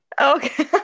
Okay